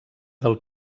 del